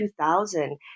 2000